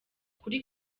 kuri